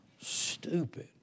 stupid